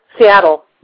Seattle